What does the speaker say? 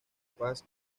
paz